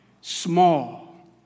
small